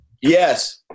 Yes